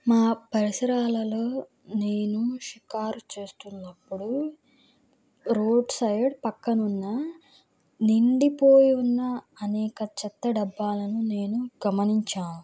మా పరిసరాలలో నేను షికారు చేస్తున్నప్పుడు రోడ్ సైడ్ పక్కన ఉన్న నిండిపోయి ఉన్న అనేక చెత్త డబ్బాలను నేను గమనించాను